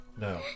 No